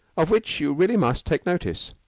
of which you really must take notice.